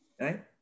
right